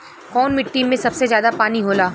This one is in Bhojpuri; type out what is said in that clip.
कौन मिट्टी मे सबसे ज्यादा पानी होला?